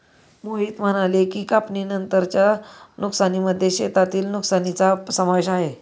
मोहित म्हणाले की, कापणीनंतरच्या नुकसानीमध्ये शेतातील नुकसानीचा समावेश आहे